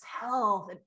health